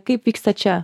kaip vyksta čia